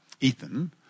Ethan